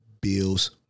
Bills